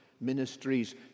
ministries